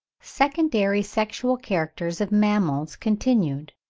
secondary sexual characters of mammals continued.